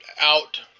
out